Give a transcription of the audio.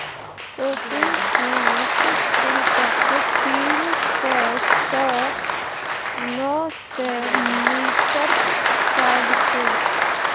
cocoon काँच सिल्कक तीन सय सँ नौ सय मीटरक ताग छै